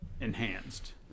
enhanced